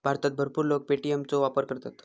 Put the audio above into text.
भारतात भरपूर लोक पे.टी.एम चो वापर करतत